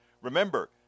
Remember